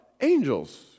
angels